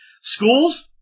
Schools